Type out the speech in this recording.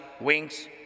wings